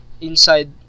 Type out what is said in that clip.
inside